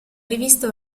rivista